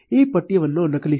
ಈ ಪಠ್ಯವನ್ನು ನಕಲಿಸಿ